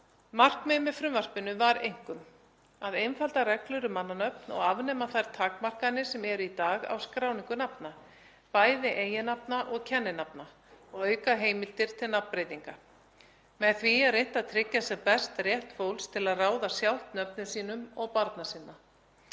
Markmiðið með frumvarpinu var einkum að einfalda reglur um mannanöfn og afnema þær takmarkanir sem eru í dag á skráningu nafna, bæði eiginnafna og kenninafna, og auka heimildir til nafnbreytinga. Með því er reynt að tryggja sem best rétt fólks til að ráða sjálft nöfnum sínum og barna sinna.